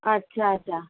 अच्छा अच्छा